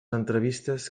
entrevistes